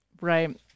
Right